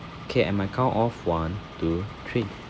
K at my count of one two three